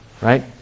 Right